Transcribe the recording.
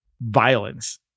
violence